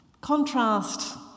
Contrast